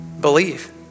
believe